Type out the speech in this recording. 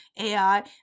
AI